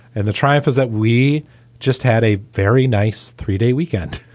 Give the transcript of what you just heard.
and the triumph is that we just had a very nice three day weekend.